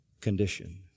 condition